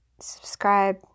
Subscribe